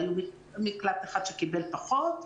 והיה מקלט אחד שקיבל פחות.